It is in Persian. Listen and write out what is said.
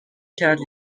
کرد